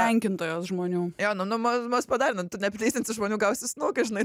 tenkintojos žmonių jo nu nu mus padarė nu tu neplyzinsi žmonių gausi į snu žinai